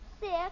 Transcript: Six